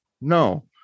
No